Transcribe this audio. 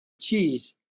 cheese